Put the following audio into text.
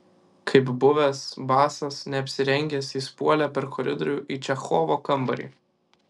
kaip buvęs basas neapsirengęs jis puolė per koridorių į čechovo kambarį